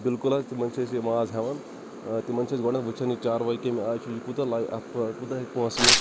بِلکُل حظ تِمَن چھِ أسۍ ماز ہیوان ٲں تِمَن چھِ أسۍ گۄڈٕنیٚتھ وُچھان یہِ چاروٲے کٔمہِ آیہِ چھُ یہِ کوتاہ لَیہِ اَتھ کوتاہ ہیٚکہِ پونٛسہٕ یِتھ